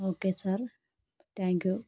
okay sir thank you